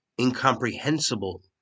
incomprehensible